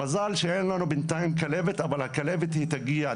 מזל שאין לנו בנתיים כלבת, אבל הכלבת היא תגיע.